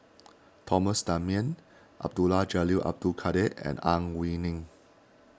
Thomas Dunman Abdul Jalil Abdul Kadir and Ang Wei Neng